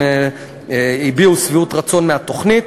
הם הביעו שביעות רצון מהתוכנית,